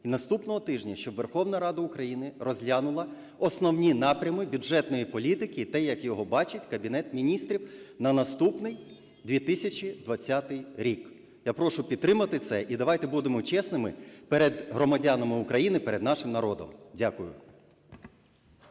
і наступного тижня, щоб Верховна Рада України розглянула Основні напрями бюджетної політики те як його бачить Кабінет Міністрів на наступний 2020 рік. Я прошу підтримати це. І давайте будемо чесними перед громадянами України, перед нашим народом. Дякую.